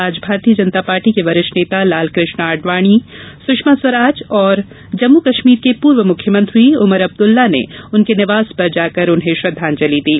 आज भारतीय जनता पार्टी के वरिष्ठ नेता लालकृष्ण आडवाणी सुषमा स्वराज और जम्मू कश्मीर के पूर्व मुख्यमंत्री उमर अब्दुल्ला ने उनके निवास पर जाकर श्रद्वांजलि दी